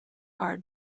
are